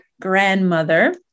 grandmother